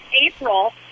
April